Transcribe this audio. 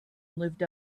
lived